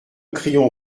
crayon